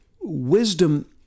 Wisdom